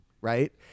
right